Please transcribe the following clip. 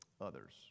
others